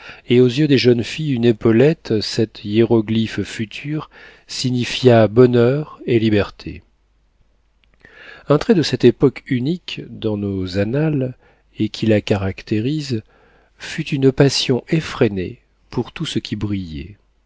et aux yeux des jeunes filles une épaulette cet hiéroglyphe futur signifia bonheur et liberté un trait de cette époque unique dans nos annales et qui la caractérise fut une passion effrénée pour tout ce qui brillait